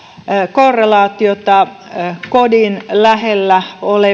korrelaatiota kodin lähellä